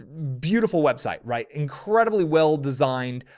beautiful website, right? incredibly well-designed.